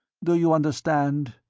do you understand?